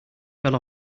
fell